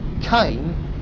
came